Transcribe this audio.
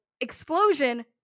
Explosion